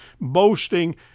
boasting